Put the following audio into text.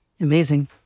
Amazing